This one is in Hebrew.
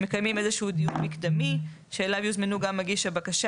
מקיימים איזשהו דיון מקדמי שאליו יוזמנו גם מגיש הבקשה